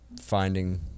finding